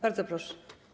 Bardzo proszę.